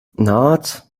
nāc